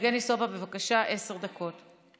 יבגני סובה, בבקשה, עשר דקות.